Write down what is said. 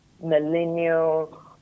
millennial